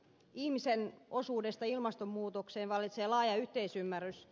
ihmisen osuudesta ilmastonmuutokseen vallitsee laaja yhteisymmärrys